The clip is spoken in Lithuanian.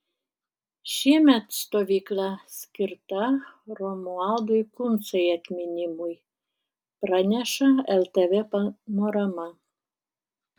šiemet stovykla skirta romualdui kuncai atminimui praneša ltv panorama